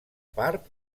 part